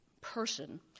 person